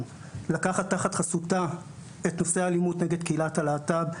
לקחת תחת חסותה את נושא האלימות נגד קהילת הלהט"ב,